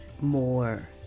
more